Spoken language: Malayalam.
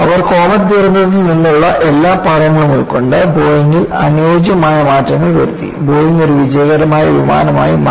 അവർ കോമറ്റ് ദുരന്തത്തിൽ നിന്നുള്ള എല്ലാ പാഠങ്ങളും ഉൾക്കൊണ്ട് ബോയിംഗിൽ അനുയോജ്യമായ മാറ്റങ്ങൾ വരുത്തി ബോയിംഗ് ഒരു വിജയകരമായ വിമാനമായി മാറി